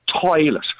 toilet